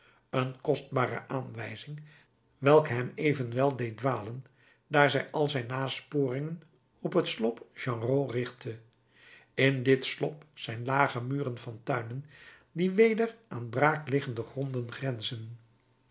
een kostbare aanwijzing welke hem evenwel deed dwalen daar zij al zijn nasporingen op het slop genrot richtte in dit slop zijn lage muren van tuinen die weder aan braak liggende gronden grenzen